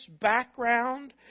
background